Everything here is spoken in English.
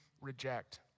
reject